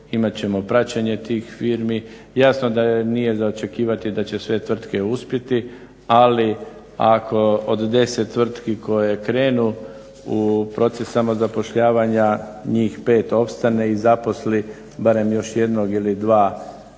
imat ćemo praćenje tih firmi. Jasno da nije za očekivati da će sve tvrtke uspjeti, ali ako od 10 tvrtki koje krenu u u procesima zapošljavanja njih 5 opstane i zaposli barem još jednog ili dva,